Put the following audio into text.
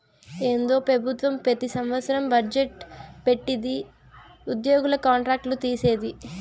ఏందో పెబుత్వం పెతి సంవత్సరం బజ్జెట్ పెట్టిది ఉద్యోగుల కాంట్రాక్ట్ లు తీసేది